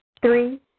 three